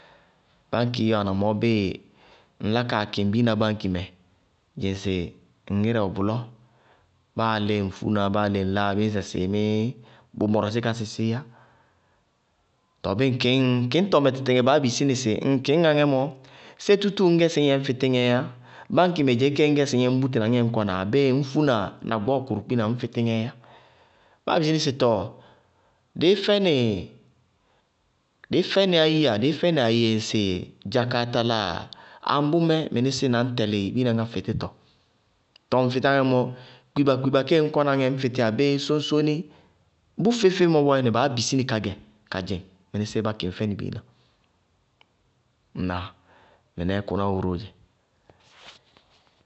Báñkií wáana mɔɔ, bíɩ ŋlá kaa kɩŋ biina báñki mɛ, dzɩŋsɩ m ŋírɛ wɛ bʋlɔ, báa léé ŋ fúna báa léé ŋ láa bíŋsɛ sɩɩmíí, bʋ mɔrɔsí ka sisií yá, tɔɔ bíɩ ŋ kɩñŋ kɩñtɔmɛ tɩtɩŋɛ baá bisí nɩ sɩ ŋŋ kɩñŋá ŋɛ mɔ, sé tútúú ŋñ gɛ sɩ ñyɛ ŋñ fɩtí gɛɛ yá? Báñki mɛ dzeé kéé ŋñ gɛ sɩ ñyɛ ŋñ bútina ŋñkɔna, abéé ŋñ fúna na gbɔɔ kʋrʋ kpína ŋñ fɩtí ŋɛɛ yá? Báá bisí ní sɩ tɔɔ dɩí fɛnɩ áyiya, dɩí fɛnɩ aye ŋsɩ dza, kaa tala ŋsɩ ambʋmɛ mɩnísíɩ ñ tɛlɩ ɖ biina ŋá fɩtítɔ. Tɔɔ ŋŋ fɩtíya ŋɛ mɔ, kpiba-kpiba kéé ŋñ kɔna gɛ ŋñ fɩtí ŋɛ abéé sóñsóóni? Bʋ feé-feé mɔ bɔɔyɛ baá nasi nɩ kagɛ kadzɩŋ, mɩnísíɩ bá kɩŋ fɛnɩ biina. Ŋnáa? Mɩnɛɛ kʋná wɛ róó dzɛ.